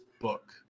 book